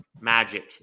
magic